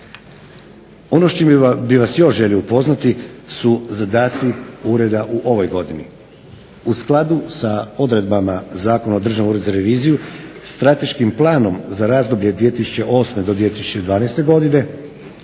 Ono s čim bih vas još želio upoznati su zadaci ureda u ovoj godini. U skladu sa odredbama Zakona o Državnom uredu za reviziju, Strateškim planom za razdoblje 2008. - 2012. godine